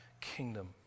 kingdom